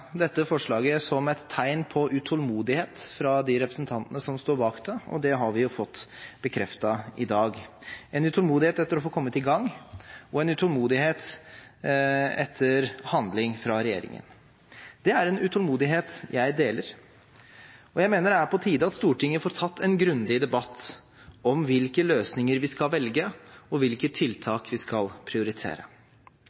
dette forslaget som et tegn på utålmodighet fra de representantene som står bak det – det har vi fått bekreftet i dag – en utålmodighet etter å få kommet i gang og en utålmodighet etter handling fra regjeringen. Det er en utålmodighet jeg deler, og jeg mener det er på tide at Stortinget får tatt en grundig debatt om hvilke løsninger vi skal velge, og hvilke